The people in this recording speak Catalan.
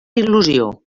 il·lusió